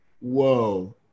Whoa